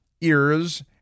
ears